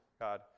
God